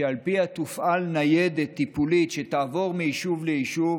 שבה תופעל ניידת טיפולית שתעבור מיישוב ליישוב